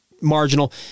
marginal